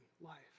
life